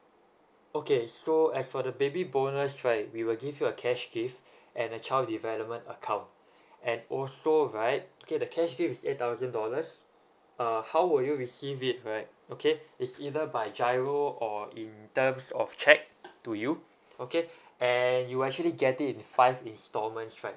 okay so as for the baby bonus right we will give you a cash gift and the child development account and also right okay the cash gift is eight thousand dollars uh how would you receive it right okay it's either by GIRO or in terms of check to you okay and you'll actually get it in five installments right